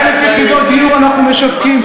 100,000 יחידות דיור אנחנו משווקים,